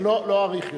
לא אאריך יותר.